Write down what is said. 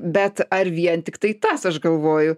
bet ar vien tiktai tas aš galvoju